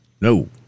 No